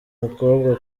mukobwa